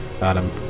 Adam